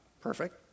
perfect